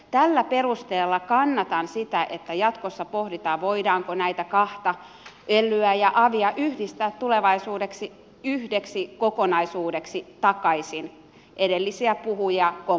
tällä perusteella kannatan sitä että jatkossa pohditaan voidaanko näitä kahta elyä ja avia yhdistää tulevaisuudessa yhdeksi kokonaisuudeksi takaisin edellisiä puhujia kompaten